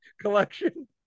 collection